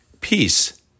Peace